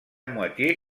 moitié